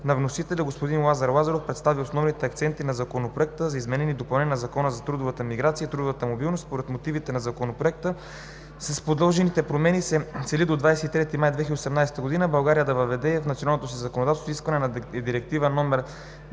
на вносителите господин Лазар Лазаров представи основните акценти в Законопроекта за изменение и допълнение на Закона за трудовата миграция и трудовата мобилност. Според мотивите на Законопроекта с предложените промени се цели до 23 май 2018 г. България да въведе в националното си законодателство изискванията на Директива (ЕС) №